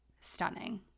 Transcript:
Stunning